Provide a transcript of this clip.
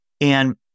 And-